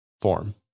form